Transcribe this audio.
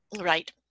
Right